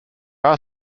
are